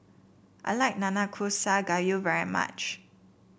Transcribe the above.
I like Nanakusa Gayu very much